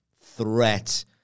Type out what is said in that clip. threat